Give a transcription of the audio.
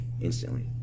instantly